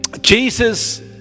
Jesus